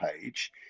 page